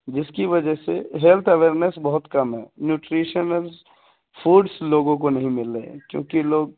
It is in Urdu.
جس کی وجہ سے ہیلتھ اویرنس بہت کم ہے نیوٹریشنرس فورس لوگوں کو نہیں مل رہے کیوںکہ لوگ